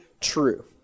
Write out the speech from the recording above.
true